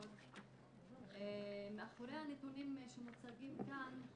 מאחורי הנתונים שמוצגים כאן,